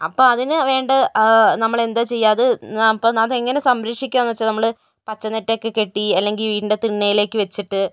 അപ്പോൾ അതിനു വേണ്ട നമ്മളെന്താ ചെയ്യുക അത് അപ്പോൾ അത് എങ്ങനെ സംരക്ഷിക്കുകയെന്ന് വച്ചാൽ നമ്മൽ പച്ച നെറ്റൊക്കെ കെട്ടി അല്ലെങ്കിൽ വീടിന്റെ തിണ്ണയിലേക്ക് വച്ചിട്ട്